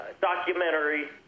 documentary